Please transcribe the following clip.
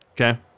Okay